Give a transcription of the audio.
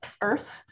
earth